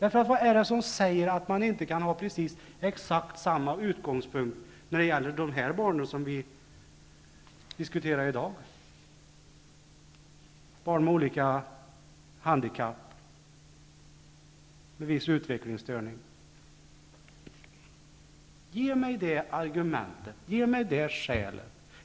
Vad är det som säger att man inte kan ha exakt samma utgångspunkter när det gäller dessa barn som vi i dag diskuterar, dvs. barn med olika handikapp och med viss utvecklingsstörning? Ge mig ett argument och ett skäl mot detta.